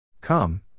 Come